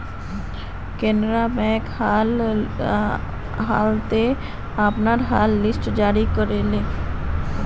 Canara bank हाल त अपनार हॉटलिस्ट जारी कर ले